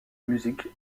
musique